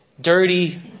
dirty